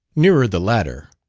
nearer the latter.